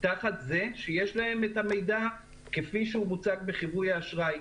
תחת זה שיש להם את המידע כפי שהוא מוצג בחיווי האשראי.